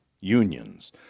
unions